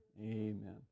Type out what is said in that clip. Amen